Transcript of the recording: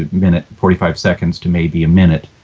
a minute. forty five seconds to maybe a minute,